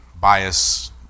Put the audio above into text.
bias